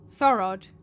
Thorod